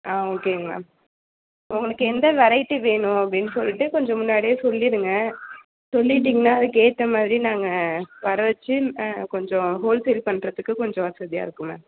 ஆ ஓகேங்க மேம் உங்களுக்கு எந்த வெரைட்டி வேணும் அப்டின்னு சொல்லிவிட்டு கொஞ்சம் முன்னாடியே சொல்லிடுங்க சொல்லிட்டிங்கனால் அதுக்கேற்ற மாதிரி நாங்க வரவச்சு கொஞ்சம் ஹோல்சேல் பண்ணுறதுக்கு கொஞ்சம் வசதியாக இருக்கும் மேம்